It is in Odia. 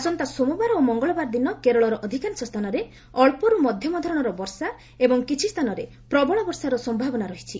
ଆସନ୍ତା ସୋମବାର ଓ ମଙ୍ଗଳବାର ଦିନ କେରଳର ଅଧିକାଂଶ ସ୍ଥାନରେ ଅଞ୍ଚରୁ ମଧ୍ୟମ ଧରଣର ବର୍ଷା ଏବଂ କିଛି ସ୍ଥାନରେ ପ୍ରବଳ ବର୍ଷାର ସମ୍ଭାବନା ରହିଛି